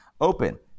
open